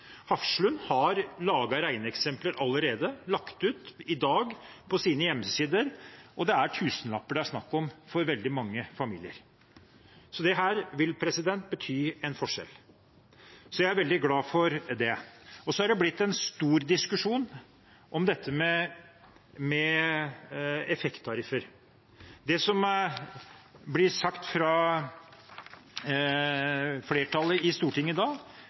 Hafslund har laget regneeksempler allerede, de har lagt dem ut i dag på sine hjemmesider, og det er tusenlapper det er snakk om for veldig mange familier. Dette vil utgjøre en forskjell, og jeg er veldig glad for det. Så har det blitt en stor diskusjon om dette med effekttariffer. Det som blir sagt fra flertallet i Stortinget